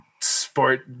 sport